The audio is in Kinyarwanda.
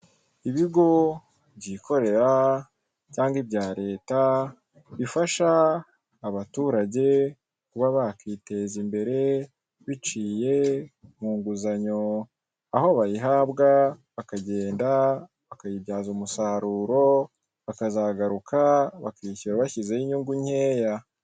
Ibigo byikorera cyangwa ibya leta bifasha abaturage kuba bakiteza imbere biciye ku nguzanyo, aho bayihabwa bakagenda bakayibyaza umusaruro bakazagaruka bakishyura bashyizeho inyungu nkeya.